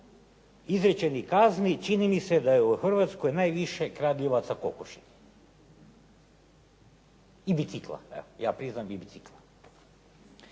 izrečenih kazni čini mi se da je u Hrvatskoj najviše kradljivaca kokoši i bicikla. Evo, ja priznajem i bicikla.